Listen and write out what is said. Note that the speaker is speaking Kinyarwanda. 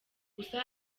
gusa